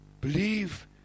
Believe